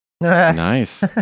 Nice